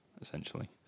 essentially